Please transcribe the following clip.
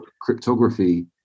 cryptography